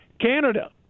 Canada